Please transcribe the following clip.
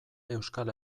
euskal